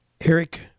Eric